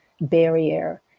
barrier